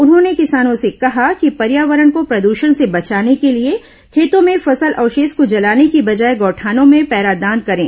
उन्होंने किसानों से कहा कि पर्यावरण को प्रदेषण को बचाने के लिए खेतों में फसल अवशेष को जलाने की बजाय गौठानों में पैरादान करें